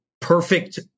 perfect